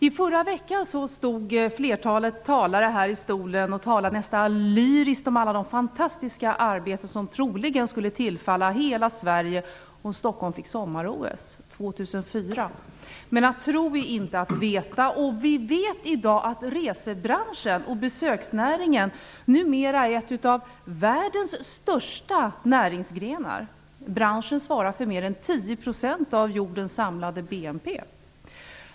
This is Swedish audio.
I förra veckan stod flertalet talare här i talarstolen och talade nästan lyriskt om alla de fantastiska arbeten som troligen skulle tillfalla hela Sverige om Stockholm fick sommar-OS år 2004. Men att tro är inte att veta. Och vi vet i dag att resebranschen och besöksnäringen numera är en av världens största näringsgrenar. Branschen svarar för mer än 10 % av jordens samlade BNP.